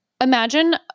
imagine